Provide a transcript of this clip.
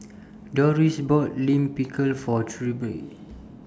Dorris bought Lime Pickle For Trilby